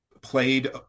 played